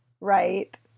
right